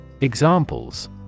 Examples